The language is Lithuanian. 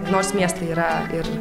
nors miestai yra ir